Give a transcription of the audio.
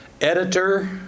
editor